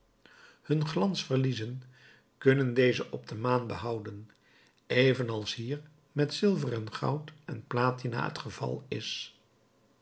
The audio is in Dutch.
hun glans verliezen kunnen dezen op de maan behouden even als hier met zilver goud en platina het geval is